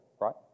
right